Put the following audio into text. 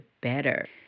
better